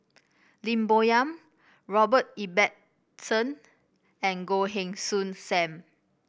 Lim Bo Yam Robert Ibbetson and Goh Heng Soon Sam